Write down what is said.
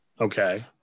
Okay